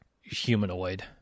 humanoid